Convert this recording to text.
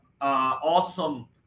awesome